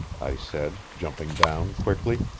i said, jumping down quickly.